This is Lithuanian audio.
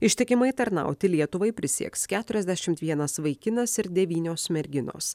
ištikimai tarnauti lietuvai prisieks keturiasdešimt vienas vaikinas ir devynios merginos